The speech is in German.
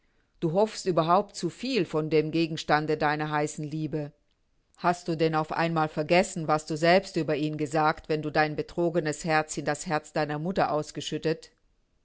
du hoffst überhaupt zu viel von dem gegenstande deiner heißen liebe hast du denn auf einmal vergessen was du selbst über ihn gesagt wenn du dein betrogenes herz in das herz deiner mutter ausgeschüttet